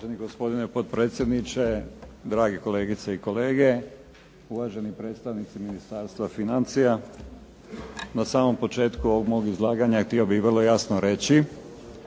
Uvaženi gospodine potpredsjedniče, dragi kolegice i kolege, uvaženi predstavnici Ministarstva financija. Na samom početku ovog mog izlaganja htio bih vrlo jasno reći